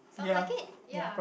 sounds like it ya